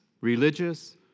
religious